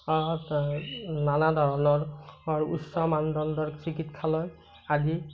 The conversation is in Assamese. নানা ধৰণৰ উচ্চ মানদণ্ডৰ চিকিৎসালয় আদি